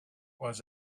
was